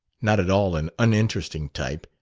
not at all an uninteresting type,